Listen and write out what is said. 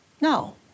No